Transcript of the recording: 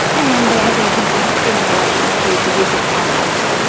and there have been complaints in relation to the use of private labels.